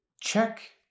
check